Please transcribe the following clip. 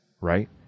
Right